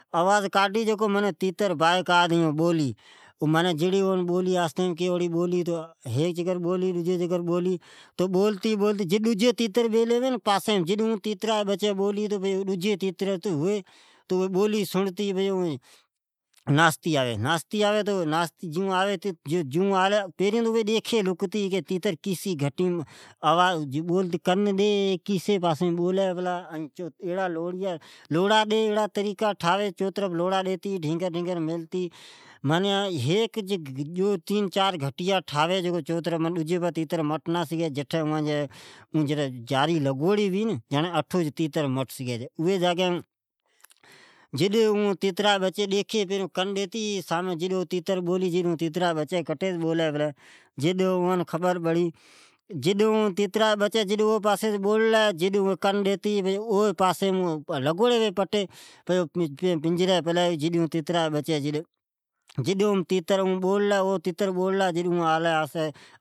اواز کاڈھی او تیتر بہ قائید بولی معنی جیڑی اون بولی کی او اوڑی بوکی ھیک چکر بولی ڈجی بولی بولی جکو ڈجی تیترآس پاس بیلی ھوی سنڑتی اوی بھے ناستے آوی، پرین تو اوی لکتی ڈیکھی تو تیتر کیسی گٹیم ائین کیسی پاسزی بولے پلاز، لوڑھا ڈیایڑا طریقا ٹھاوی چوطرپھ ڈینگر ڈینگر ملتے ۔ معنی ھیک ڈو تین چار گھٹیا ٹھوی جکو تہتر ڈجی پاسی مٹ نہ سگھی ۔ جٹھی اواں جی جاری لگوڑی ھوی اٹھو سی مٹ سگھی ۔جڈ اوں تہترا جی بچی ڈیکھی کن ڈیتے او سامی تو تیتر بولی تو اوں کٹی س بولی پلئ ۔جڈ اوں خبر پڑی ، جڈ اون کن ڈتی او پاسی لگوڑی ھوی پٹی جڈ اوں پنجری جڈ تیتر آلا تیتر بوللا اوں آلی